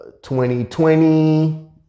2020